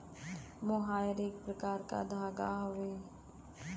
मोहायर एक प्रकार क धागा हउवे